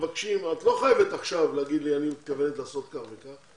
את לא חייבת עכשיו לומר לי שאת מתכוונת לעשות כך וכך.